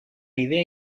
idea